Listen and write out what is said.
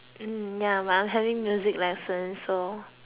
hmm ya but I'm having music lessons so